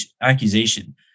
accusation